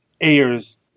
Ayer's